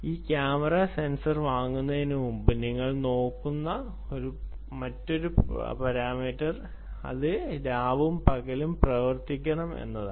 ഈ camera sensor വാങ്ങുന്നതിനുമുമ്പ് നിങ്ങൾ നോക്കുന്ന മറ്റൊരു പാരാമീറ്റർ അത് രാവും പകലും പ്രവർത്തിക്കണം എന്നതാണ്